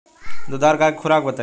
दुधारू गाय के खुराक बताई?